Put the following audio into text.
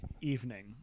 evening